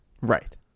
Right